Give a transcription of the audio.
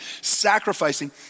sacrificing